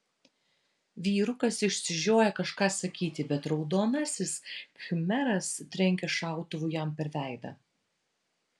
vyrukas išsižioja kažką sakyti bet raudonasis khmeras trenkia šautuvu jam per veidą